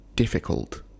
difficult